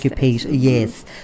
Yes